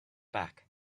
back